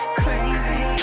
crazy